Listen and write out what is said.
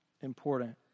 important